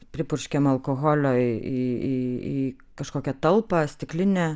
pripurškėm alkoholio į į į kažkokią talpą stiklinę